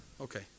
Okay